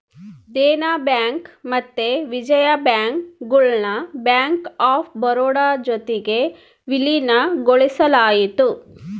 Dena bank ಮತ್ತೆ Vijaya bank ಗುಳ್ನ bank of Baroda ಜೊತಿಗೆ ವಿಲೀನಗೊಳಿಸಲಾಯಿತು